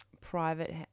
private